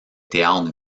théâtres